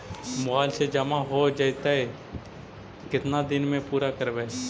Mobile से जामा हो जैतय, केतना दिन में पुरा करबैय?